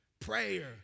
prayer